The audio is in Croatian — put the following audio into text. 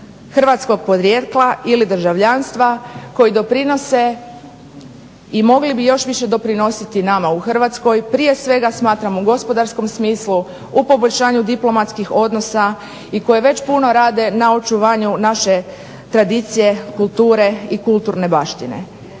hrvatskog podrijetla ili državljanstva koji doprinose i mogli bi još više doprinositi nama u Hrvatskoj, prije svega smatram u gospodarskom smislu, u poboljšanju diplomatskih odnosa i koji već puno rade na očuvanju naše tradicije, kulture i kulturne baštine.